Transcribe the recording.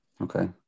Okay